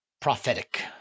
Prophetic